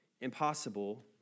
impossible